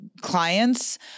clients